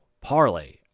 Parlay